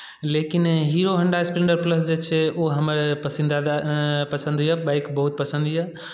लेकिन Hero Honda Splendor Plus जे छै ओ हमर पसिंदादा पसंदीदा बाइक बहुत पसन्द यए